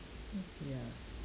mm ya